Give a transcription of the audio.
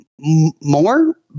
more